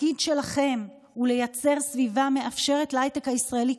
התפקיד שלכם הוא לייצר סביבה מאפשרת להייטק הישראלי,